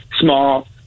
small